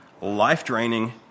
life-draining